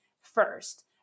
first